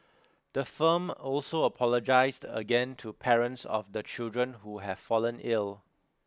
the firm also apologised again to parents of the children who have fallen ill